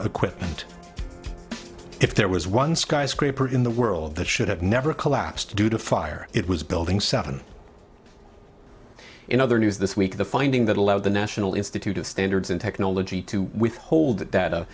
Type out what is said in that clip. equipment if there was one skyscraper in the world that should have never collapsed due to fire it was building seven in other news this week the finding that allowed the national institute of standards and technology to withhold